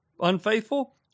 unfaithful